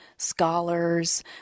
scholars